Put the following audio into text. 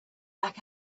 back